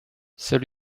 seul